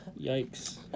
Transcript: Yikes